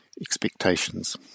expectations